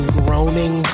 groaning